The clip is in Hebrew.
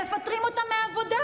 הם מפטרים אותן מהעבודה.